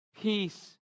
peace